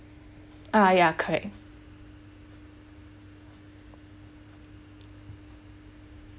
uh yeah correct